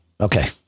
Okay